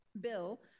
Bill